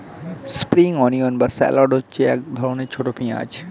spring onion বা shallot হচ্ছে এক ধরনের ছোট পেঁয়াজ